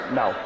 no